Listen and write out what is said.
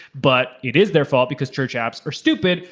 but it is their fault because church apps are stupid,